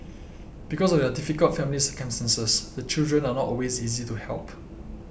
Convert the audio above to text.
because of their difficult family circumstances the children are not always easy to help